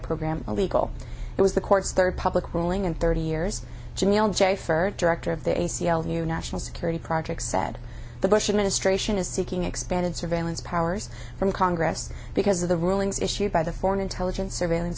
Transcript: program illegal it was the court's third public ruling in thirty years for director of the a c l u national security project said the bush administration is seeking expanded surveillance powers from congress because of the rulings issued by the foreign intelligence surveillance